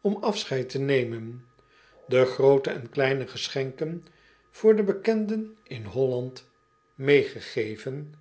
om afscheid te nemen e groote en kleine geschenken voor de bekenden in olland meêgegeven